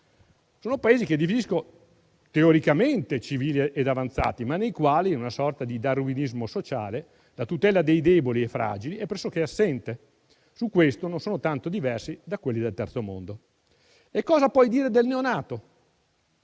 Sono Paesi che definisco teoricamente civili e avanzati, ma nei quali, in una sorta di darwinismo sociale, la tutela dei deboli e fragili è pressoché assente. Su questo non sono tanto diversi da quelli del Terzo mondo. Cosa poi dire del neonato?